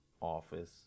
Office